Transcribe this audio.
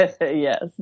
Yes